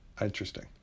interesting